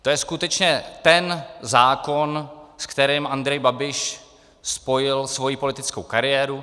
To je skutečně ten zákon, s kterým Andrej Babiš spojil svoji politickou kariéru.